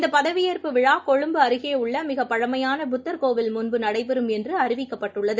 இந்தப் பதவியேற்பு விழாகொழும்பு அருகேயுள்ளமிகப் பழமையான புத்தர் கோவில் முன்பு நடைபெறும் என்றுஅறிவிக்கப்பட்டுள்ளது